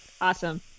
Awesome